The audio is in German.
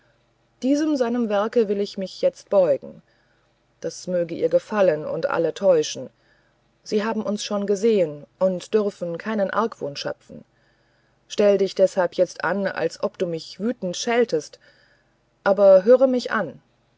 diesem seinem werke will ich mich jetzt beugen das möge ihr gefallen und alle täuschen sie haben uns schon gesehen und dürfen keinen argwohn schöpfen stelle dich deshalb jetzt an als ob du mich wütend schältest aber höre mich an